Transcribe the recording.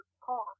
car